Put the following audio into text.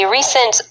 recent